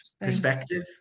perspective